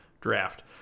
draft